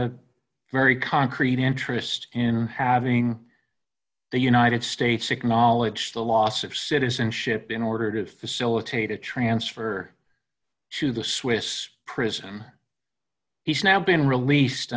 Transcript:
a very concrete interest in having the united states acknowledge the loss of citizenship in order to facilitate a transfer to the swiss prison he's now been released